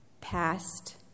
past